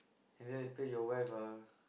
and then later your wife ah